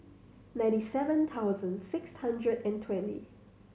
ninety seven thousand six hundred and twenty